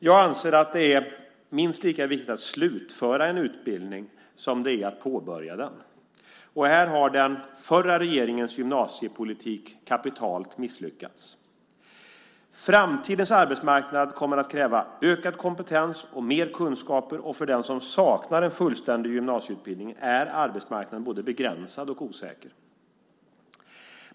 Jag anser att det är minst lika viktigt att slutföra en utbildning som det är att påbörja den. Här har den förra regeringens gymnasiepolitik kapitalt misslyckats. Framtidens arbetsmarknad kommer att kräva ökad kompetens och mer kunskaper, och för den som saknar en fullständig gymnasieutbildning är arbetsmarknaden både begränsad och osäker.